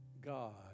God